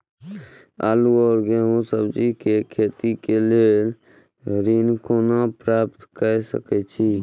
आलू और गेहूं और सब्जी के खेती के लेल ऋण कोना प्राप्त कय सकेत छी?